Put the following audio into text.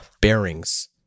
bearings